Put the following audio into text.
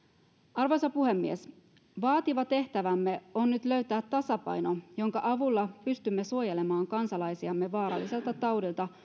arvoisa puhemies vaativa tehtävämme on nyt löytää tasapaino jonka avulla pystymme suojelemaan kansalaisiamme vaaralliselta taudilta